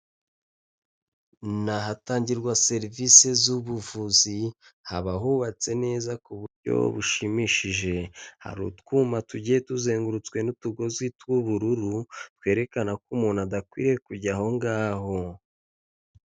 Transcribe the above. Ni ahatangirwa serivisi z'ubuvuzi, haba hubatse neza ku buryo bushimishije, hari utwuma tugiye tuzengurutswe n'utugozi tw'ubururu, twerekana ko umuntu adakwiye kujya aho ngaho.